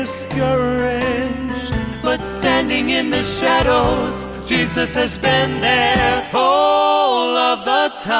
ah but standing in the shadows jesus has been there ah all ah